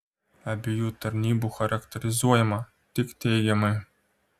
abiejų tarnybų charakterizuojama tik teigiamai